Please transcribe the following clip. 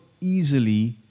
easily